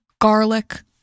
garlic